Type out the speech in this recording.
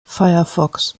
firefox